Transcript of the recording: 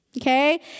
Okay